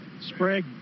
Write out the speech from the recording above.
Sprague